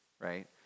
right